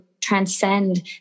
transcend